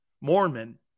Mormon